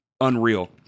unreal